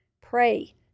Pray